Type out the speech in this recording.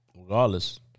regardless